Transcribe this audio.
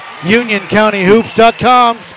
UnionCountyHoops.com